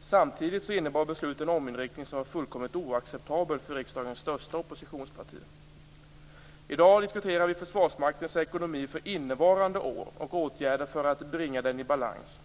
Samtidigt innebar beslutet en ominriktning som var fullkomligt oacceptabel för riksdagens största oppositionsparti. I dag diskuterar vi Försvarsmaktens ekonomi för innevarande år och åtgärder för att bringa den i balans.